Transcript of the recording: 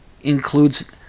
includes